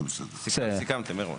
סיכמתם מראש?